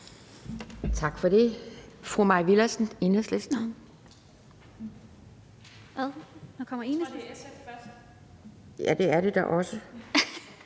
Tak for det.